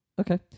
Okay